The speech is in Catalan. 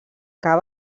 que